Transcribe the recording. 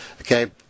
Okay